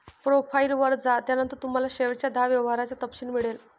profile वर जा, त्यानंतर तुम्हाला शेवटच्या दहा व्यवहारांचा तपशील मिळेल